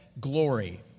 Glory